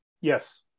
Yes